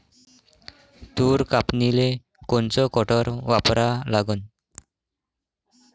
तूर कापनीले कोनचं कटर वापरा लागन?